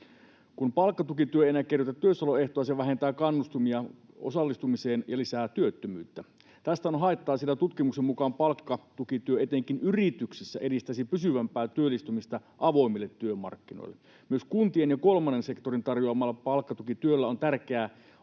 Kun palkkatukityö ei enää kerrytä työssäoloehtoa, se vähentää kannustimia osallistumiseen ja lisää työttömyyttä. Tästä on haittaa, sillä tutkimuksen mukaan palkkatukityö etenkin yrityksissä edistäisi pysyvämpää työllistymistä avoimille työmarkkinoille. Myös kuntien ja kolmannen sektorin tarjoamalla palkkatukityöllä on tärkeä